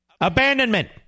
Abandonment